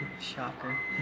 shocker